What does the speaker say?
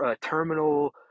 terminal